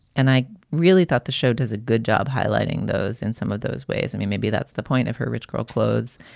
and i really thought the show does a good job highlighting those in some of those ways. i mean, maybe that's the point of her rich girl clothes.